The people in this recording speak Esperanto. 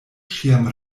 ĉiam